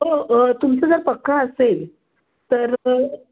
हो तुमचं जर पक्कं असेल तर